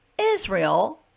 Israel